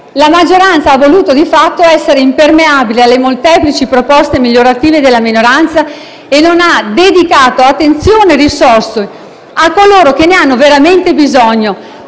La maggioranza ha voluto di fatto essere impermeabile alle molteplici proposte migliorative della minoranza e non ha dedicato attenzione e risorse a coloro che ne hanno veramente bisogno,